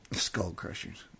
skull-crushers